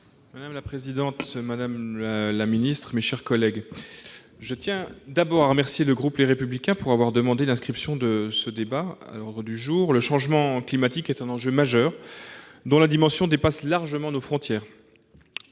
Madame la présidente, madame la secrétaire d'État, mes chers collègues, je tiens tout d'abord à remercier le groupe Les Républicains d'avoir demandé l'inscription à l'ordre du jour de ce débat. Le changement climatique est un enjeu majeur, dont la dimension dépasse largement nos frontières.